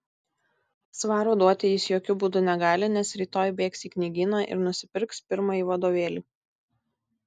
svaro duoti jis jokiu būdu negali nes rytoj bėgs į knygyną ir nusipirks pirmąjį vadovėlį